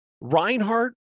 Reinhardt